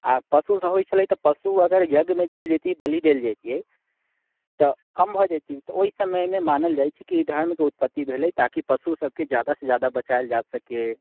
आ पशुसँ होइत छलै तऽ पशु अगर यज्ञमे चलि जेतै बलि देल जइतिऐ तऽ कम भए जइतै तऽ ओहि समयमे मानल जाइत छै कि धर्मके उत्पत्ति भेलै ताकि पशु सभकेँ जादासँ जादा बचाएल जा सकै